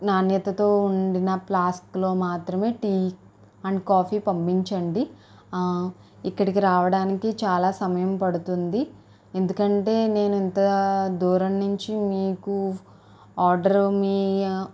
నాణ్యతతో ఉండిన ప్లాస్క్లో మాత్రమే టీ అండ్ కాఫీ పంపించండి ఆ ఇక్కడికి రావడానికి చాలా సమయం పడుతుంది ఎందుకంటే నేనింత దూరం నుంచి మీకు ఆర్డరు మీ